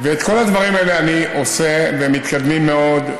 את כל הדברים האלה אני עושה והם מתקדמים מאוד,